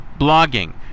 blogging